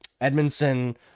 Edmondson